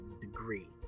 degree